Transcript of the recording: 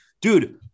dude